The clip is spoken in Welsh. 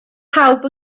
pawb